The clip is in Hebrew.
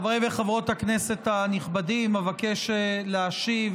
חברי וחברות הכנסת הנכבדים, אבקש להשיב